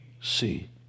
see